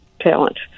talent